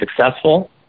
successful